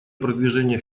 продвижения